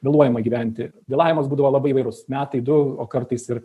vėluojama įgyvendinti vėlavimas būdavo labai įvairus metai du o kartais ir